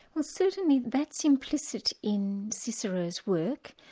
well certainly that's implicit in cicero's work